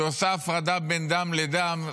שעושה הפרדה בין דם לדם,